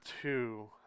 two